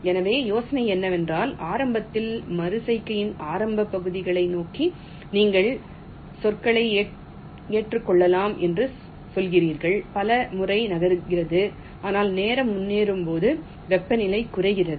எனவே யோசனை என்னவென்றால் ஆரம்பத்தில் மறு செய்கையின் ஆரம்ப பகுதிகளை நோக்கி நீங்கள் சொற்களை ஏற்றுக் கொள்ளலாம் என்று சொல்கிறீர்கள் பல முறை நகர்கிறது ஆனால் நேரம் முன்னேறும்போது வெப்பநிலை குறைகிறது